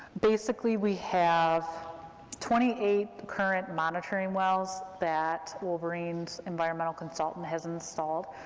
basically, we have twenty eight current monitoring wells that wolverine's environmental consultant has installed.